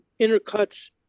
intercuts